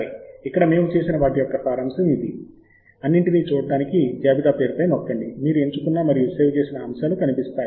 సరే ఇక్కడ మేము చేసిన వాటి యొక్క సారాంశం ఇది అన్నింటినీ చూడటానికి జాబితా పేరు పై నొక్కండి మీరు ఎంచుకున్న మరియు సేవ్ చేసిన అంశాలు కనిపిస్తాయి